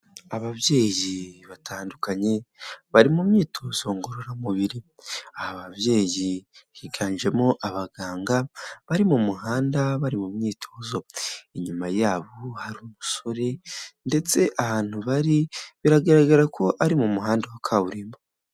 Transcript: Ababyeyi batandukanye bari mu myitozo ngororamubiri, aba babyeyi higanjemo abaganga bari mu muhanda bari mu myitozo, inyuma yabo hari umusore ndetse ahantu bari biragaragara ko ari mu muhanda wa kaburimbo.